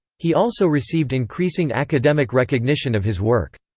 he also received increasing academic recognition of his work.